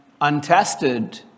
untested